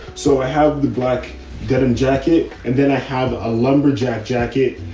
so i have the black denim jacket, and then i have a lumberjack jacket.